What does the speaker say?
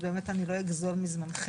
אז באמת אני לא אגזול מזמנכם.